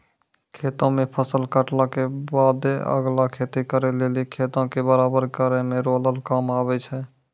खेतो मे फसल काटला के बादे अगला खेती करे लेली खेतो के बराबर करै मे रोलर काम आबै छै